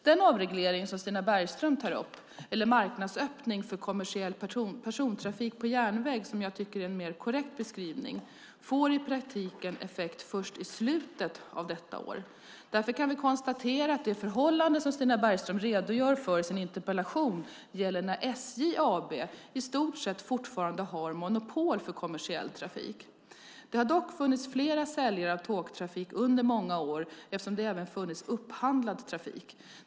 Den avreglering som Stina Bergström tar upp - eller marknadsöppning för kommersiell persontrafik på järnväg som jag tycker är en mer korrekt beskrivning - får i praktiken effekt först i slutet av detta år. Därför kan vi konstatera att det förhållande som Stina Bergström redogör för i sin interpellation gäller när SJ AB i stort sett fortfarande har monopol för kommersiell trafik. Det har dock funnits flera säljare av tågtrafik under många år eftersom det även funnits upphandlad trafik.